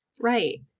Right